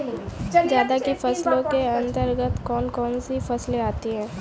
जायद की फसलों के अंतर्गत कौन कौन सी फसलें आती हैं?